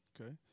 Okay